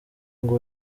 ngo